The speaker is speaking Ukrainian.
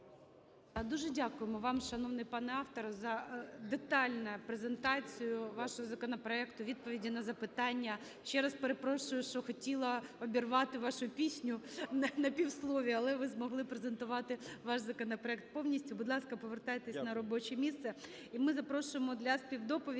Дуже дякуємо вам, шановний пане авторе, за детальну презентацію вашого законопроекту, відповіді на запитання. Ще раз перепрошую, що хотіла обірвати вашу "пісню" на півслові, але ви змогли презентувати ваш законопроект повністю. Будь ласка, повертайтесь на робоче місце.